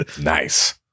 nice